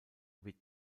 wird